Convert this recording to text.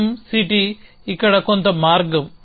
M city ఇక్కడ కొంత మార్గం